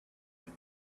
and